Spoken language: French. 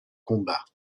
combat